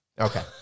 Okay